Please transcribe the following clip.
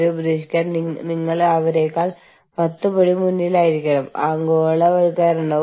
ചില പ്രശ്നങ്ങൾ നിങ്ങൾക്ക് പ്രാധാന്യമുള്ളതാണെന്ന് വിവിധ രാജ്യങ്ങളിലെ ആളുകളെ നിങ്ങൾ എങ്ങനെ ബോധ്യപ്പെടുത്തും